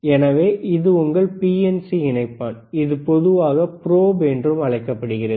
எனவே இது உங்கள் பிஎன்சி இணைப்பான் இது பொதுவாக ப்ரோப் என்றும் அழைக்கப்படுகிறது